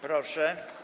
Proszę.